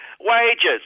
Wages